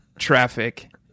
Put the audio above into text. traffic